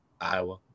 Iowa